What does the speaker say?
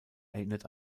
erinnert